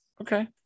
Okay